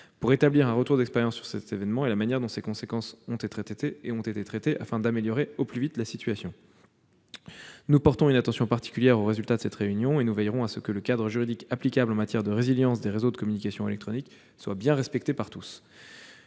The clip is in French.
d'établir un retour d'expérience sur cet événement et sur la manière dont ses conséquences ont été traitées, en vue d'améliorer au plus vite la situation. Nous porterons une attention particulière aux résultats de cette réunion et veillerons à ce que le cadre juridique applicable en matière de résilience des réseaux de communications électroniques soit bien respecté par tous.